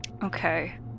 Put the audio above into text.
Okay